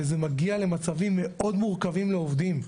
וזה מגיע למצבים מאוד מורכבים לעובדים.